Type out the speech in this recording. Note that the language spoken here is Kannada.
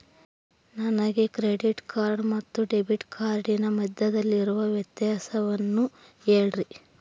ನನಗೆ ಕ್ರೆಡಿಟ್ ಕಾರ್ಡ್ ಮತ್ತು ಡೆಬಿಟ್ ಕಾರ್ಡಿನ ಮಧ್ಯದಲ್ಲಿರುವ ವ್ಯತ್ಯಾಸವನ್ನು ಹೇಳ್ರಿ?